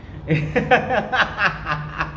ha ha ha ha ha ha